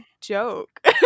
joke